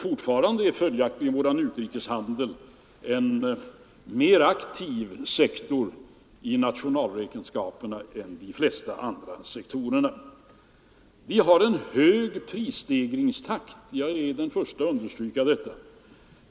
Fortfarande är följaktligen vår utrikeshandel en mer aktiv sektor i nationalräkenskaperna än de flesta andra sektorer. Jag är den förste att understryka att vi har en hög prisstegringstakt.